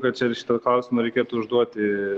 kad čia ir šitą klausimą reikėtų užduoti